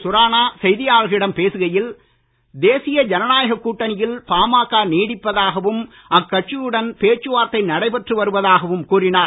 சுரானா செய்தியாளர்களிடம் பேசுகையில் தேசிய ஜனநாயக கூட்டணியில் பாமக நீடிப்பதாகவும் அக்கட்சியுடன் பேச்சு வார்த்தை நடைபெற்று வருவதாகவும் கூறினார்